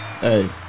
Hey